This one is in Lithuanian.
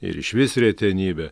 ir išvis retenybė